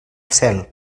cel